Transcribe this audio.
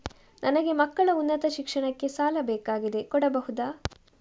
ನನಗೆ ಮಕ್ಕಳ ಉನ್ನತ ಶಿಕ್ಷಣಕ್ಕೆ ಸಾಲ ಬೇಕಾಗಿದೆ ಕೊಡಬಹುದ?